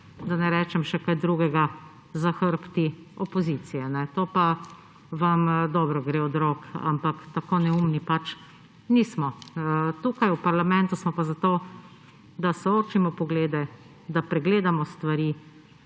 da ne rečem še česa drugega, za hrbti opozicije. To pa vam dobro gre od rok, ampak tako neumni pač nismo. Tukaj v parlamentu smo pa zato, da soočimo poglede, da pregledamo stvari